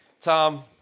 Tom